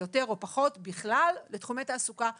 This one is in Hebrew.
יותר או פחות או בכלל ולתחומי תעסוקה בפרט.